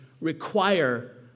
Require